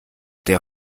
der